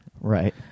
Right